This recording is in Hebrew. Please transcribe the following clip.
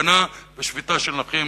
זו שביתה של נכים,